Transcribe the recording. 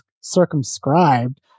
circumscribed